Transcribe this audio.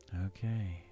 Okay